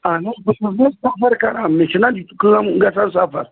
اَہَن حظ بہٕ چھُس نا سَفَر کَران مےٚ چھِنا کٲم گَژھان سَفَر